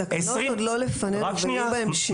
התקנות עוד לא לפנינו, יהיו בהן שינויים.